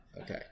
okay